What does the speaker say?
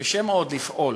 יתקשה מאוד, לפעול.